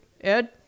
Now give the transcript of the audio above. Ed